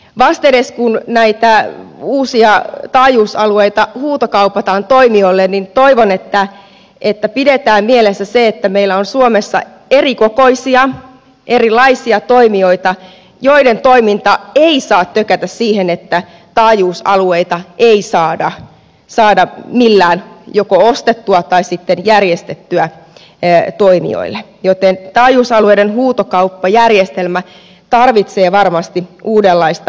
vastedes kun näitä uusia taajuusalueita huutokaupataan toimijoille toivon että pidetään mielessä se että meillä on suomessa erikokoisia erilaisia toimijoita joiden toiminta ei saa tökätä siihen että taajuusalueita ei saada millään joko ostettua tai sitten järjestettyä toimijoille joten taajuusalueiden huutokauppajärjestelmä tarvitsee varmasti uudenlaista otetta